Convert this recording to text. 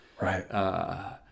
Right